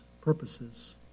purposes